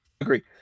agree